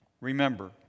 Remember